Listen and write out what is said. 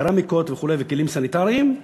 קרמיקות וכלים סניטריים,